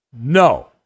no